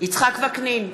יצחק וקנין,